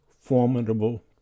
formidable